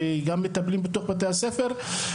גם מטפלים בתוך בתי הספר.